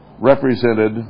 Represented